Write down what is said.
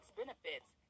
benefits